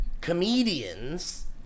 comedians